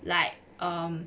like um